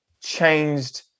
changed